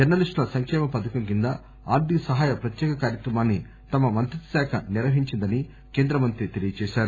జర్స లిస్టుల సంకేమ పథకం కింద ఆర్దిక సహాయ ప్రత్యేక కార్యక్రమాన్పి తమ మంత్రిత్వశాఖ నిర్వహించిందని కేంద్ర మంత్రి తెలియచేశారు